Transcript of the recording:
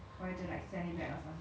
or maybe is free delivery